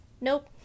nope